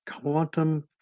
quantum